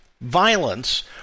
violence